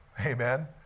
Amen